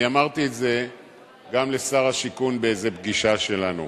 אמרתי את זה גם לשר השיכון באיזו פגישה שלנו,